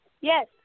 Yes